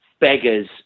beggars